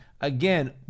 again